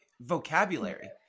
vocabulary